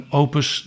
opus